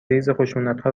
ریزخشونتها